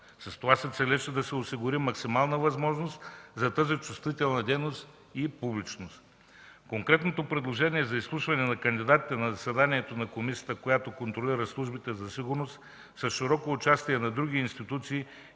С това се целеше да се осигури максимална възможност за публичност на тази чувствителна дейност. Конкретното предложение за изслушване на кандидатите на заседанието на комисията, която контролира службите за сигурност, с широко участие на други институции,